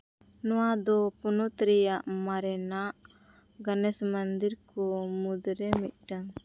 ᱱᱚᱣᱟ ᱫᱚ ᱯᱚᱱᱚᱛ ᱨᱮᱭᱟᱜ ᱢᱟᱨᱮᱱᱟᱜ ᱜᱚᱱᱮᱥ ᱢᱚᱱᱫᱤᱨ ᱠᱚ ᱢᱩᱫᱽᱨᱮ ᱢᱤᱫᱴᱟᱝ